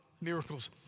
miracles